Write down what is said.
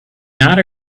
not